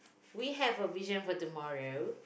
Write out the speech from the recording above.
we have a vision for tomorrow